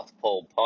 Pole